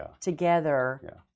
together